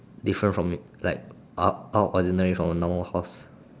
different from like out out of ordinary from a normal horse